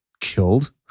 killed